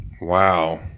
wow